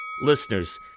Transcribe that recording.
Listeners